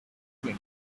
drink